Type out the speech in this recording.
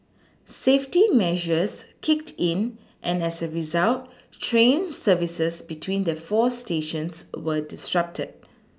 safety measures kicked in and as a result train services between the four stations were disrupted